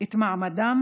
את מעמדם